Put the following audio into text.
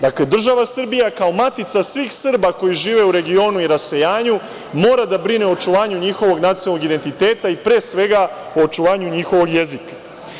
Dakle, država Srbija kao matica svih Srba koji žive u regionu i rasejanju, mora da brine o očuvanju njihovog nacionalnog identiteta i pre svega o očuvanju njihovog jezika.